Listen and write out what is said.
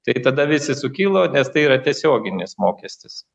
tai tada visi sukilo nes tai yra tiesioginis mokestis